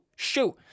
shoot